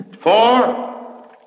four